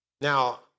Now